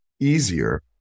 easier